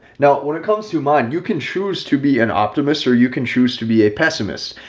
now, when it comes to mine, you can choose to be an optimist or you can choose to be a pessimist.